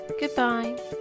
Goodbye